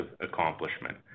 accomplishment